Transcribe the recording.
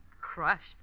Crushed